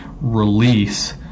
release